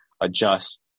adjust